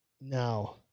now